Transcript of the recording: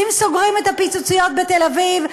אם סוגרים את הפיצוציות בתל-אביב,